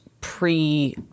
pre